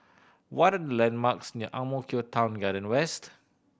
what the landmarks near Ang Mo Kio Town Garden West